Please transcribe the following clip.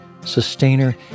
Sustainer